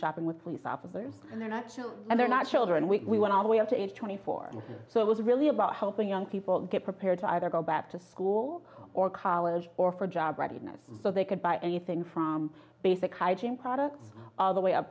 shopping with police officers and they're not sure and they're not children we went all the way up to age twenty four so it was really about helping young people get prepared to either go back to school or college or for job readiness so they could buy anything from basic hygiene products all the way up